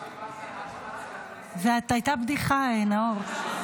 --- זאת הייתה בדיחה, נאור.